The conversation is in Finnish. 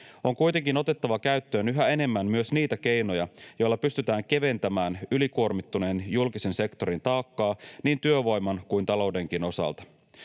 On kuitenkin otettava käyttöön yhä enemmän myös niitä keinoja, joilla pystytään keventämään ylikuormittuneen julkisen sektorin taakkaa niin työvoiman kuin taloudenkin osalta.